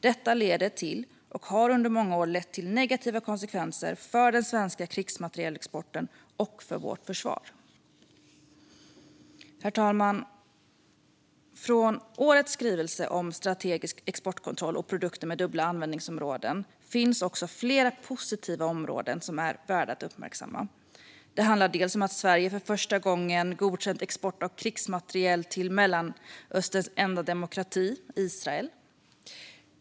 Detta leder till och har under många år lett till negativa konsekvenser för den svenska krigsmaterielexporten och för vårt försvar. Herr talman! Från årets skrivelse om strategisk exportkontroll och produkter med dubbla användningsområden finns också flera positiva områden som är värda att uppmärksamma. Det handlar bland annat om att Sverige för första gången godkänt export av krigsmateriel till Mellanösterns enda demokrati, Israel.